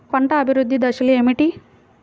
పంట అభివృద్ధి దశలు ఏమిటి?